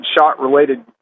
shot-related